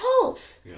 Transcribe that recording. health